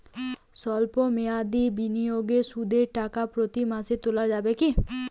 সল্প মেয়াদি বিনিয়োগে সুদের টাকা প্রতি মাসে তোলা যাবে কি?